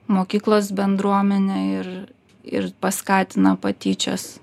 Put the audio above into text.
mokyklos bendruomenę ir ir paskatina patyčias